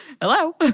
Hello